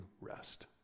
rest